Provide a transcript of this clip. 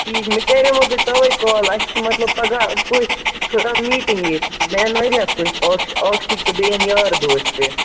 ٹھیٖک مےٚ کَریمو تۄہہِ تَوَے کال اَسہِ چھُ مطلب پَگاہ پٔژھۍ تھوڑا میٖٹِنٛگ ییٚتہِ مےٚ یِن واریاہ پٔژھۍ آفسہِ آفسِکۍ تہِ بیٚیہِ یِن یار دوس تہِ